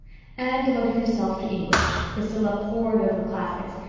anne devoted herself to english, priscilla pored over classics,